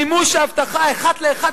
מימוש ההבטחה אחת לאחת,